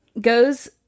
goes